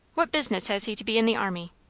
what business has he to be in the army?